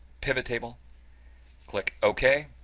pivottable, click ok.